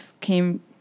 came